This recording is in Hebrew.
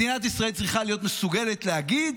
מדינת ישראל צריכה להיות מסוגלת להגיד: